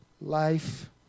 life